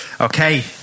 Okay